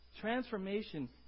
Transformation